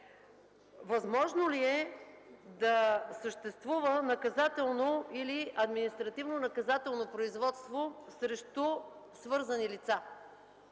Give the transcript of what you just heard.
възможно ли е да съществува наказателно или административнонаказателно производство срещу свързани лица,